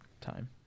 time